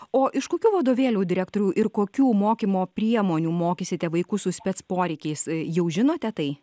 o iš kokių vadovėlių direktoriau ir kokių mokymo priemonių mokysite vaikus su specporeikiais jau žinote tai